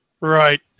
Right